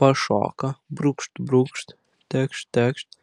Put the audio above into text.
pašoka brūkšt brūkšt tekšt tekšt